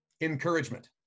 Encouragement